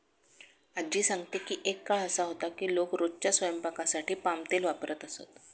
आज्जी सांगते की एक काळ असा होता की लोक रोजच्या स्वयंपाकासाठी पाम तेल वापरत असत